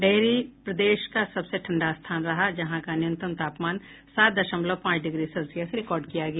डेहरी प्रदेश का सबसे ठंडा स्थान रहा जहां का न्यूनतम तापमान सात दशमलव पांच डिग्री सेल्सियस रिकार्ड किया गया